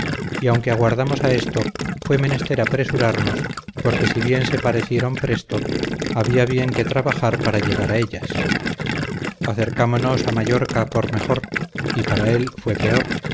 y aunque aguardamos a esto fue menester apresurarnos porque si bien se parecieron presto había bien que trabajar para llegar a ellas acercámonos a mallorca por mejor y para él fue peor